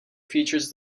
features